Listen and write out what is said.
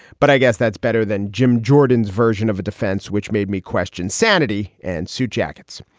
but i guess that's better than jim jordan's version of a defense, which made me question sanity and suit jackets.